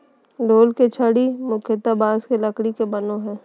ढोल के छड़ी मुख्यतः बाँस के लकड़ी के बनो हइ